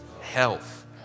health